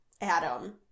Adam